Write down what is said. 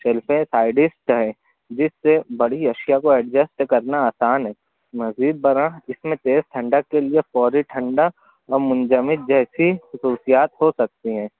شیلفیں ہے جس سے بڑی اشیا کو ایڈجسٹ کرنا آسان ہے مزید برآں اس میں تیز ٹھنڈک کے لیے فوری ٹھنڈا نمنجمد جیسی خصوصیات ہو سکتی ہیں